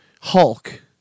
Hulk